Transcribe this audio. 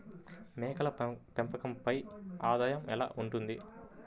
మేకల పెంపకంపై ఆదాయం ఎలా ఉంటుంది?